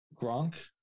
Gronk